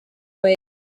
way